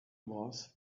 was